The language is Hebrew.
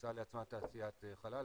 רוצה לעצמה תעשיית חלל.